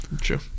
true